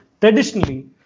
traditionally